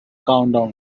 countdown